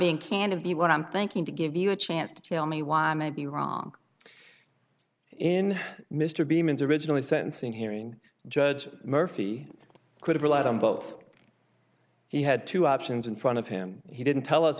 being candid the what i'm thinking to give you a chance to tell me why i may be wrong in mr bemis originally sentencing hearing judge murphy could've relied on both he had two options in front of him he didn't tell us